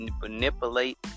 manipulate